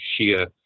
Shia